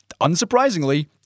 unsurprisingly